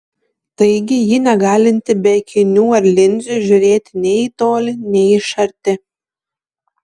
taigi ji negalinti be akinių ar linzių žiūrėti nei į tolį nei iš arti